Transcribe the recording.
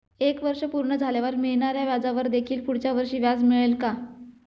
एक वर्ष पूर्ण झाल्यावर मिळणाऱ्या व्याजावर देखील पुढच्या वर्षी व्याज मिळेल का?